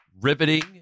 riveting